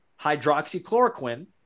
hydroxychloroquine